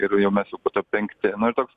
ir jau mes jau po to penkti na ir toks